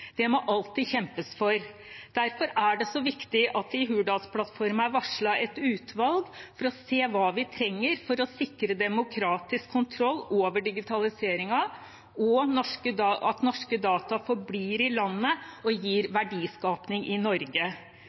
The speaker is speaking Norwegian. det digitale rom, det må alltid kjempes for. Derfor er det så viktig at det i Hurdalsplattformen er varslet et utvalg for å se på hva vi trenger for å sikre demokratisk kontroll over digitaliseringen, og at norske data forblir i landet og gir verdiskaping i Norge.